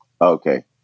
Okay